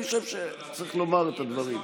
אני חושב שצריך לומר את הדברים.